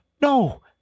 No